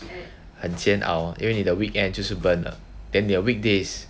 很监牢因为你的 weekend 就是 burn 了 then their weekdays